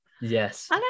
yes